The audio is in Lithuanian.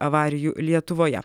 avarijų lietuvoje